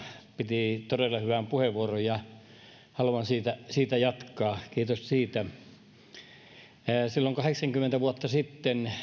piti todella hyvän puheenvuoron kiitos siitä ja haluan siitä jatkaa silloin kahdeksankymmentä vuotta sitten